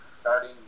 Starting